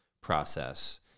process